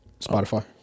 Spotify